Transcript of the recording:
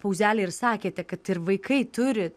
pauzelę ir sakėte kad ir vaikai turi